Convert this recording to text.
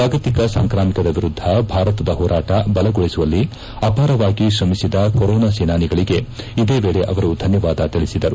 ಜಾಗತಿಕ ಸಾಂಕಾಮಿಕದ ವಿರುದ್ಧ ಭಾರತದ ಹೋರಾಟ ಬಲಗೊಳಿಸುವಲ್ಲಿ ಅಪಾರವಾಗಿ ಶ್ರಮಿಸಿದ ಕೊರೋನಾ ಸೇನಾನಿಗಳಿಗೆ ಇದೇ ವೇಳೆ ಅವರು ಧನ್ಯವಾದ ತಿಳಿಸಿದರು